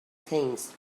things